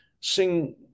sing